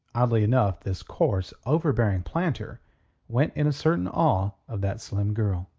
oddly enough, this coarse, overbearing planter went in a certain awe of that slim girl.